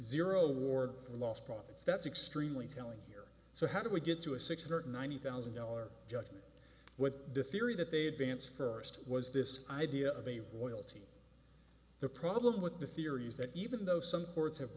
zero war lost profits that's extremely telling here so how do we get to a six hundred ninety thousand dollars judgment with the theory that they advance first was this idea of a royalty the problem with the theory is that even though some courts have